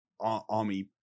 army